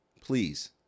please